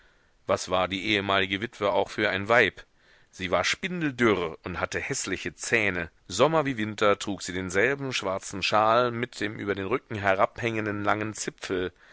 was war die ehemalige witwe auch für ein weib sie war spindeldürr und hatte häßliche zähne sommer wie winter trug sie denselben schwarzen schal mit dem über den rücken herabhängenden langen zipfel